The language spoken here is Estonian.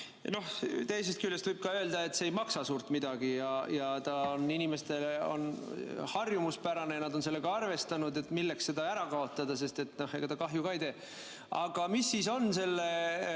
Teisest küljest võib öelda, et see ka ei maksa suurt midagi. See on inimestele harjumuspärane ja nad on sellega arvestanud, nii et milleks seda ära kaotada, sest ega ta kahju ka ei tee. Aga see